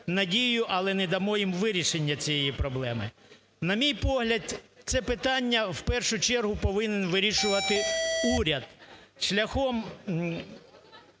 надію, але не дамо їм вирішення цієї проблеми. На мій погляд, це питання в першу чергу повинен вирішувати уряд шляхом